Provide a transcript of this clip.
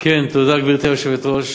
תודה, גברתי היושבת-ראש.